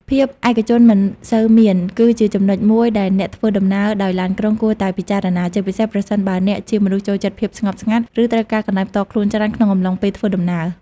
ភាពឯកជនមិនសូវមាន គឺជាចំណុចមួយដែលអ្នកធ្វើដំណើរដោយឡានក្រុងគួរតែពិចារណា ជាពិសេសប្រសិនបើអ្នកជាមនុស្សចូលចិត្តភាពស្ងប់ស្ងាត់ ឬត្រូវការកន្លែងផ្ទាល់ខ្លួនច្រើនក្នុងអំឡុងពេលធ្វើដំណើរ។